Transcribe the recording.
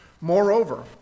Moreover